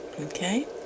okay